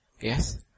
Yes